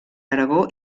aragó